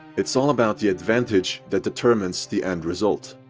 it's all about the advantage that determines the end result.